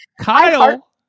Kyle